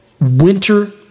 Winter